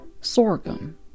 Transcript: sorghum